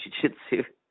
Jiu-Jitsu